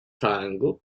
triangular